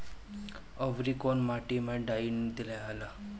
औवरी कौन माटी मे डाई दियाला?